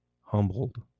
humbled